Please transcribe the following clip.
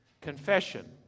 Confession